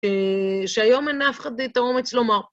אה... שהיום אין לאף אחד את האומץ לומר.